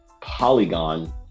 Polygon